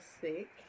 sick